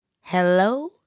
hello